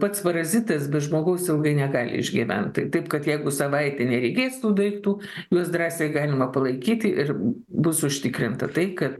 pats parazitas be žmogaus ilgai negali išgyvent tai taip kad jeigu savaitė neregės tų daiktų juos drąsiai galima palaikyti ir bus užtikrinta tai kad